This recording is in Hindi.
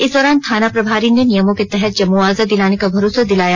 इस दौरान थाना प्रभारी ने नियमों के तहत जब मुआवजा दिलाने का भरोसा दिलाया